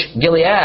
Gilead